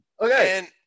Okay